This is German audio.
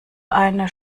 eine